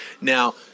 Now